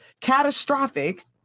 catastrophic